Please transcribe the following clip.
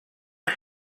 ein